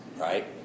right